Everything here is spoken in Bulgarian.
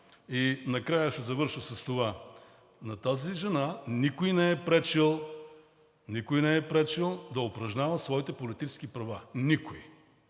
И накрая ще завърша с това – на тази жена никой не е пречил да упражнява своите политически права. Никой!